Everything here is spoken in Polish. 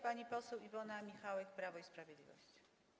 Pani poseł Iwona Michałek, Prawo i Sprawiedliwość.